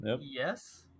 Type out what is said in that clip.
Yes